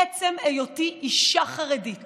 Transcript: עצם היותי אישה חרדית